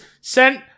sent